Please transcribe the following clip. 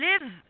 live